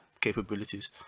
capabilities